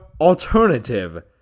alternative